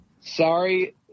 Sorry